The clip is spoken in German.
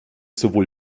sowohl